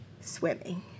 swimming